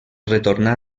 retornà